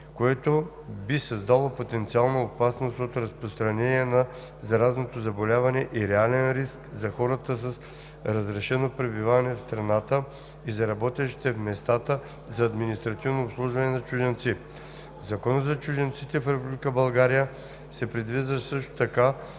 което би създало потенциална опасност от разпространение на заразното заболяване и реален риск за хората с разрешено пребиваване в страната и за работещите в местата за административно обслужване на чужденци. В Закона за чужденците в Република България се предвижда също така